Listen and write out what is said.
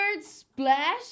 splash